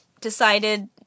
decided